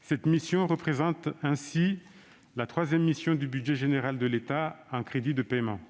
Cette mission représente ainsi la troisième mission du budget général de l'État en crédits de paiement.